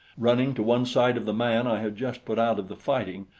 running to one side of the man i had just put out of the fighting,